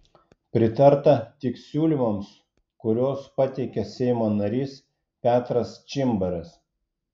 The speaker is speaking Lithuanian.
pritarta tik siūlymams kuriuos pateikė seimo narys petras čimbaras